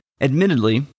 Admittedly